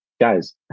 guys